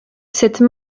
cette